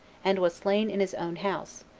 and was slain in his own house,